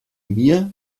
mir